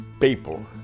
people